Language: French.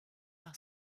par